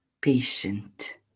patient